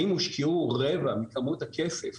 האם הושקעו רבע מכמות הכסף